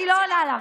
אני לא עונה לה.